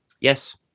Yes